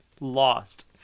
lost